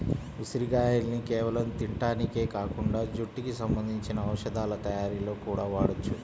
ఉసిరిగాయల్ని కేవలం తింటానికే కాకుండా జుట్టుకి సంబంధించిన ఔషధాల తయ్యారీలో గూడా వాడొచ్చు